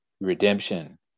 redemption